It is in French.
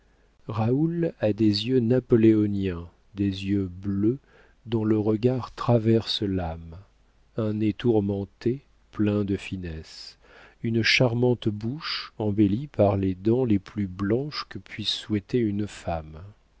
raoul a des yeux napoléoniens des yeux bleus dont le regard traverse l'âme un nez tourmenté plein de finesse une charmante bouche embellie par les dents les plus blanches que puisse souhaiter une femme